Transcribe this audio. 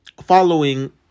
following